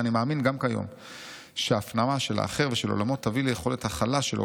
ואני מאמין גם כיום שההפנמה של האחר ושל עולמו תביא ליכולת הכלה שלו,